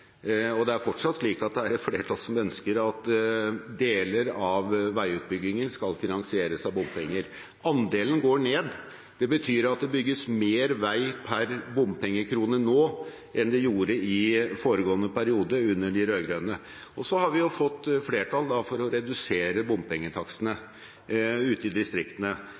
noensinne. Det er fortsatt slik at det er et flertall som ønsker at deler av veiutbyggingen skal finansieres av bompenger. Andelen går ned. Det betyr at det bygges mer vei per bompengekrone nå enn det gjorde i foregående periode – under de rød-grønne. Så har vi fått flertall for å redusere bompengetakstene ute i distriktene.